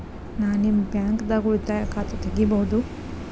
ನಾ ನಿಮ್ಮ ಬ್ಯಾಂಕ್ ದಾಗ ಉಳಿತಾಯ ಖಾತೆ ತೆಗಿಬಹುದ?